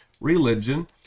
religion